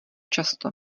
často